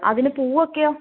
അതിന് പൂവൊക്കെയോ